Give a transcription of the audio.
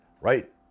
right